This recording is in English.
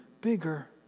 bigger